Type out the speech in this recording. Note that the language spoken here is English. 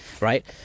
right